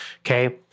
okay